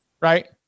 right